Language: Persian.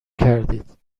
کردید